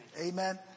Amen